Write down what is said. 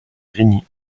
grigny